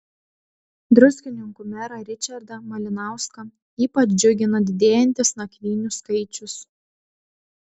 druskininkų merą ričardą malinauską ypač džiugina didėjantis nakvynių skaičius